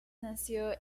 nació